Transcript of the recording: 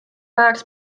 ajaks